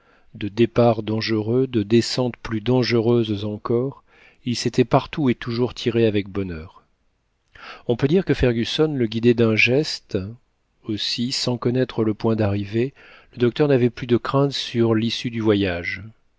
de départs dangereux de descentes plus dangereuses encore il s'était partout et toujours tiré avec bonheur on peut dire que fergusson le guidait d'un geste aussi sans connaître le point d'arrivée le docteur n'avait plus de craintes sur l'issue du voyage